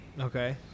Okay